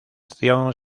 acción